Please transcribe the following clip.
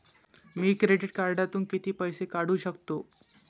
मी credit कार्डातून किती पैसे काढू शकतो?